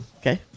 Okay